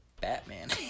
Batman